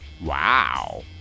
wow